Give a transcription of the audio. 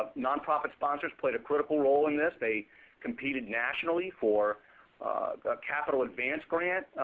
ah nonprofit sponsors played a critical role in this. they completed nationally for a capital advance grant,